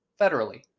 federally